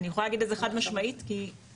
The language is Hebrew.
אני יכולה להגיד את זה חד משמעית כי אני